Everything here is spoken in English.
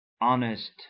honest